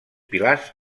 pilars